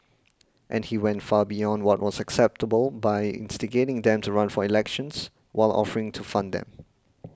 and he went far beyond what was acceptable by instigating them to run for elections while offering to fund them